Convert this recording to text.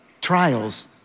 Trials